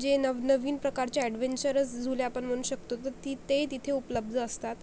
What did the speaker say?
जे नव नवीन प्रकारचे ॲडव्हेंचरस झुले आपण म्हणू शकतो तर ती ते तिथे उपलब्ध असतात